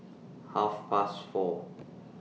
Half Past four